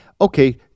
okay